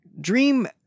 Dream